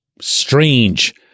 strange